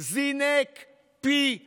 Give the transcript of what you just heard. זינק פי ארבעה,